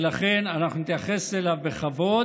ולכן, אנחנו נתייחס אליו בכבוד,